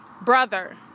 brother